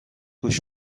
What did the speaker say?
گوش